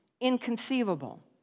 inconceivable